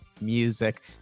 music